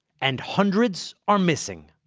and hundreds are missing